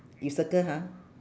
you circle ha